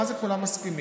מה זה כולם מסכימים?